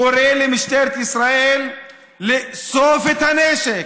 קורא למשטרת ישראל לאסוף את הנשק.